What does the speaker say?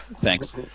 Thanks